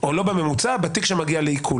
או לא בממוצע, בתיק שמגיע לעיקול.